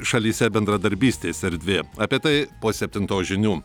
šalyse bendradarbystės erdvė apie tai po septintos žinių